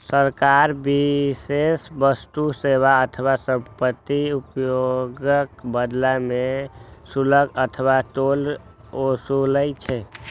सरकार विशेष वस्तु, सेवा अथवा संपत्तिक उपयोगक बदला मे शुल्क अथवा टोल ओसूलै छै